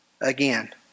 again